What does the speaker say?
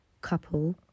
couple